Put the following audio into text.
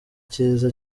cyiza